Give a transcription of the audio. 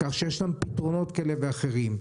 כך שיש פתרונות כאלה ואחרים.